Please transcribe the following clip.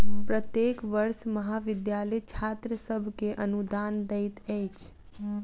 प्रत्येक वर्ष महाविद्यालय छात्र सभ के अनुदान दैत अछि